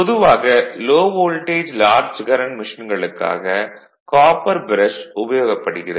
பொதுவாக low voltage large current மெஷின்களுக்காக copper brush உபயோகப்படுகிறது